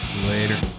Later